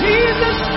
Jesus